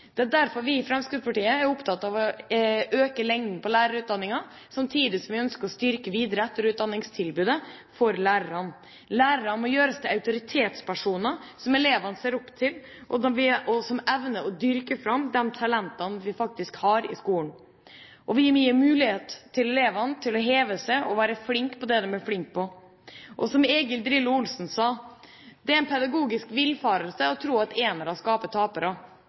Det er derfor vi i Fremskrittspartiet er opptatt av å øke lengden på lærerutdanningen, samtidig som vi ønsker å styrke videre- og etterutdanningstilbudet for lærerne. Lærerne må gjøres til autoritetspersoner som elevene ser opp til, og som evner å dyrke fram de talentene vi faktisk har i skolen. Vi må gi elevene mulighet til å heve seg og være flinke i det de er flinke til. Egil «Drillo» Olsen sa at det er en pedagogisk villfarelse å tro at enere skaper tapere.